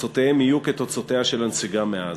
תוצאותיהם יהיו כתוצאותיה של הנסיגה מעזה.